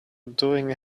doing